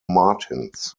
martins